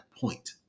point